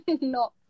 No